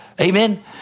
Amen